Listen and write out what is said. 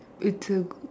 it to